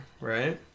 right